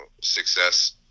success